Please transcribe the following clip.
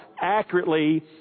accurately